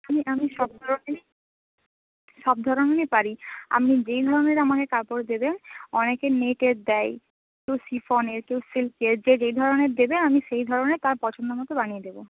আমি আমি সব ধরনেরই সব ধরনেরই পারি আপনি যে ধরনের আমাকে কাপড় দেবেন অনেকে নেটের দেয় কেউ শিফনের কেউ সিল্কের যে যে ধরনের দেবে আমি সেই ধরনের তার পছন্দমতো বানিয়ে দেবো